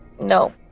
No